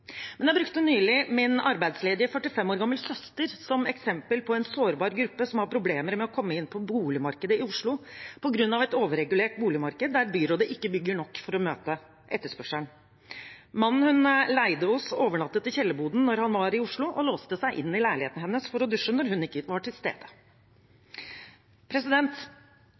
Men jeg brukte nylig min arbeidsledige 45 år gamle søster som eksempel på en sårbar gruppe som har problemer med å komme inn på boligmarkedet i Oslo på grunn av et overregulert boligmarked der byrådet ikke bygger nok for å møte etterspørselen. Mannen hun leide hos, overnattet i kjellerboden når han var i Oslo, og låste seg inn i leiligheten hennes for å dusje når hun ikke var til stede.